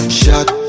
shot